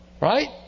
Right